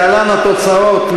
להלן התוצאות,